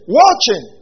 watching